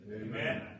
Amen